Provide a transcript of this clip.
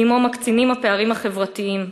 ועמו מקצינים הפערים החברתיים.